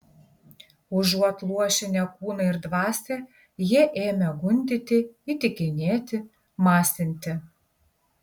užuot luošinę kūną ir dvasią jie ėmė gundyti įtikinėti masinti